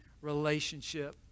relationship